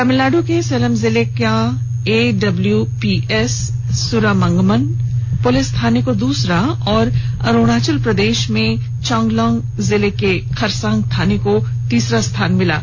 तमिलनाडु के सेलम जिले का एडब्ल्युपीएस सुरामंगलम पुलिस थाने को दूसरा और अरुणाचल प्रदेश में चांगलांग जिले के खरसांग थाने को तीसरा स्थान मिला है